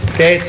okay.